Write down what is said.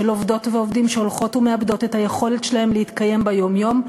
של עובדות ועובדים שהולכות ומאבדות את היכולת שלהם להתקיים ביום-יום,